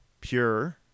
pure